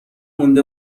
مونده